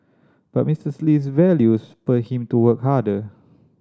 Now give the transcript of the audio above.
but Misters Lee's values spurred him to work harder